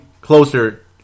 closer